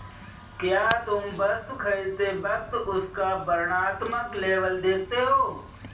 क्या तुम वस्तु खरीदते वक्त उसका वर्णात्मक लेबल देखते हो?